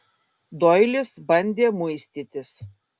doilis bandė muistytis